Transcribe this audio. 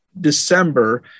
December